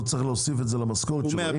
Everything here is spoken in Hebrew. הוא צריך להוסיף את זה למשכורת שלו.